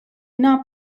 not